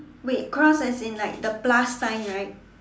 wait cross as in like the plus sign right